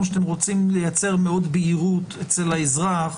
שאתם רוצים לייצר מאוד בהירות אצל האזרח